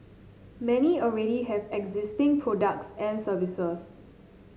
many already have existing products and services